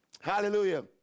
Hallelujah